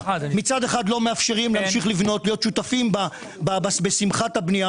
מצד אחד לא מאפשרים להמשיך לבנות ולהיות שותפים בשמחת הבנייה,